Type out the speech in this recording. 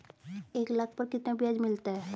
एक लाख पर कितना ब्याज मिलता है?